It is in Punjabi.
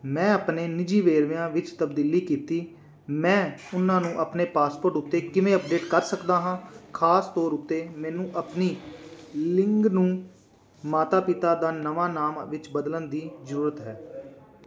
ਮੈਂ ਆਪਣੇ ਨਿੱਜੀ ਵੇਰਵਿਆਂ ਵਿੱਚ ਤਬਦੀਲੀ ਕੀਤੀ ਹੈ ਮੈਂ ਉਨ੍ਹਾਂ ਨੂੰ ਆਪਣੇ ਪਾਸਪੋਰਟ ਉੱਤੇ ਕਿਵੇਂ ਅਪਡੇਟ ਕਰ ਸਕਦਾ ਹਾਂ ਖਾਸ ਤੌਰ ਉੱਤੇ ਮੈਨੂੰ ਆਪਣੀ ਲਿੰਗ ਨੂੰ ਮਾਤਾ ਪਿਤਾ ਦਾ ਨਵਾਂ ਨਾਮ ਵਿੱਚ ਬਦਲਣ ਦੀ ਜ਼ਰੂਰਤ ਹੈ